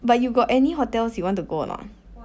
but you got any hotels you want to go or not